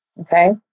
Okay